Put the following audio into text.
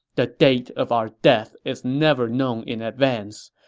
the date of our death is never known in advance,